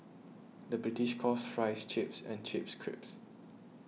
the British calls Fries Chips and Chips Crisps